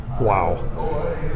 Wow